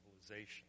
civilization